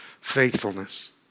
faithfulness